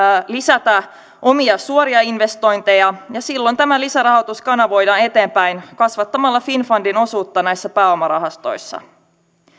lisätä omia suoria investointeja ja silloin tämä lisärahoitus kanavoidaan eteenpäin kasvattamalla finnfundin osuutta näissä pääomarahastoissa